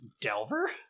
delver